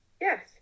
Yes